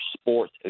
sports